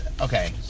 okay